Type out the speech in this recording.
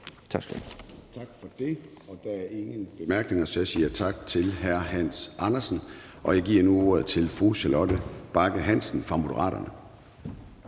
Tak for det. Der er ingen korte bemærkninger, så jeg siger tak til hr. Hans Andersen. Jeg giver nu ordet til fru Charlotte Bagge Hansen fra Moderaterne.